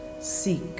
seek